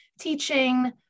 teaching